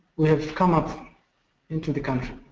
we have come up into the country.